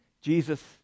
Jesus